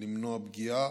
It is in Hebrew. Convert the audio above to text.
למנוע פגיעה